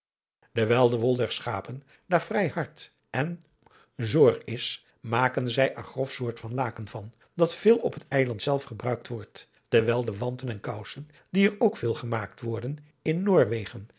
de wol der schapen daar vrij hard en zoor is maken zij er grof soort van laken van dat veel op het eiland zelf gebruikt wordt terwijl de wanten en kousen die er ook veel gemaakt worden in noorwegen